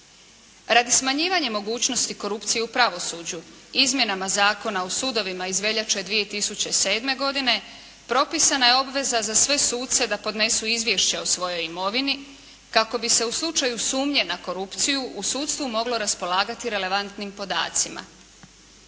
Radi smanjivanja mogućnosti korupcije u pravosuđu, izmjenama Zakona o sudovima iz veljače 2007. godine, propisana je obveza za sve suce da podnesu izvješće o svojoj imovini kako bi se u slučaju sumnje na korupciju u sudstvu moglo raspolagati relevantnim podacima.